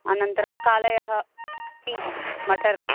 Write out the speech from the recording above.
अनन्तरं कालयः पीस् मटर्